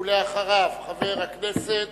ואחריו, חברי הכנסת